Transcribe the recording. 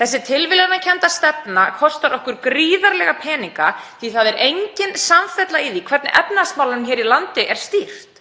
Þessi tilviljunarkennda stefna kostar okkur gríðarlega peninga því að engin samfella er í því hvernig efnahagsmálunum í landinu er stýrt.